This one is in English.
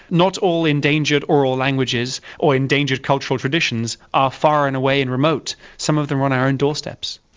not all endangered oral languages or endangered cultural traditions are far and away and remote, some of them are on our own doorsteps.